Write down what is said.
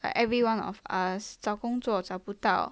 like everyone of us 找工作找不到